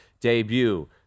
debut